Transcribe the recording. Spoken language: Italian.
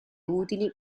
utili